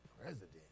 president